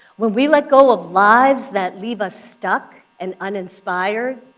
when we let go of lives that leave us stuck and uninspired,